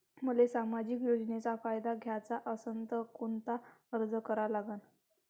मले सामाजिक योजनेचा फायदा घ्याचा असन त कोनता अर्ज करा लागन?